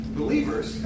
believers